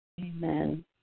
Amen